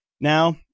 now